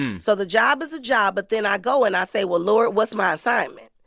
so the job is a job, but then i go, and i say, well, lord, what's my assignment?